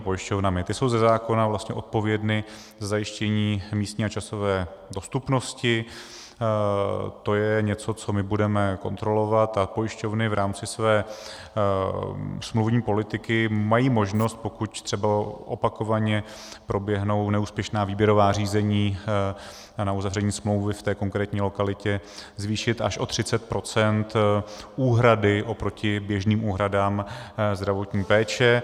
Ty jsou ze zákona vlastně odpovědny za zajištění místní a časové dostupnosti, to je něco, co my budeme kontrolovat, a pojišťovny v rámci své smluvní politiky mají možnost, pokud třeba opakovaně proběhnou neúspěšná výběrová řízení na uzavření smlouvy v konkrétní lokalitě, zvýšit až o 30 % úhrady oproti běžným úhradám zdravotní péče.